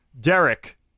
Derek